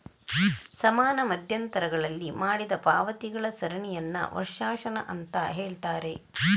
ಸಮಾನ ಮಧ್ಯಂತರಗಳಲ್ಲಿ ಮಾಡಿದ ಪಾವತಿಗಳ ಸರಣಿಯನ್ನ ವರ್ಷಾಶನ ಅಂತ ಹೇಳ್ತಾರೆ